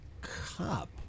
Cup